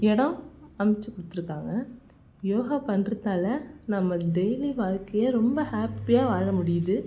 இடம் அமைத்து கொடுத்துருக்காங்க யோகா பண்ணுறதால நம்ம டெய்லி வாழ்க்கையை ரொம்ப ஹேப்பியாக வாழ முடியுது